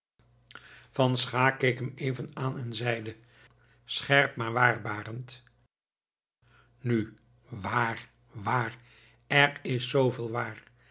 van schaeck keek hem even aan en zeide scherp maar waar barend nu wààr wààr er is zooveel wààr